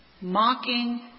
mocking